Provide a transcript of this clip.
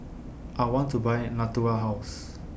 I want to Buy Natura House